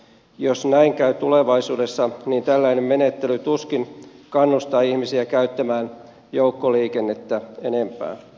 jos näin käy tulevaisuudessa niin tällainen menettely tuskin kannustaa ihmisiä käyttämään joukkoliikennettä enempää